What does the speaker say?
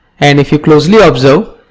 and if you closely observe,